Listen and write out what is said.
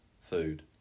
food